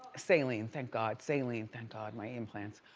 saline, thank god saline, thank god my implants.